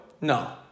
No